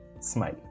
smile